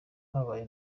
habaye